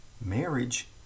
Marriage